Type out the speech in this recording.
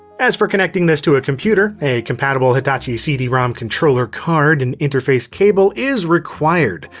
as for connecting this to a computer, a compatible hitachi cd-rom controller card and interface cable is required,